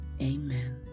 Amen